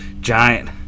giant